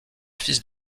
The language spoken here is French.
fils